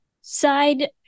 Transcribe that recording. side